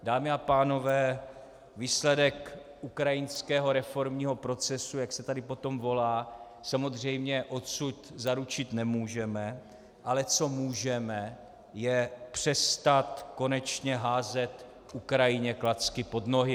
Dámy a pánové, výsledek ukrajinského reformního procesu, jak se tady po tom volá, samozřejmě odsud zaručit nemůžeme, ale co můžeme, je přestat konečně házet Ukrajině klacky pod nohy.